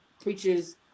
Preacher's